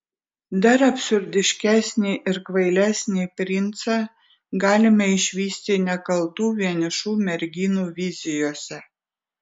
dar absurdiškesnį ir kvailesnį princą galime išvysti nekaltų vienišų merginų vizijose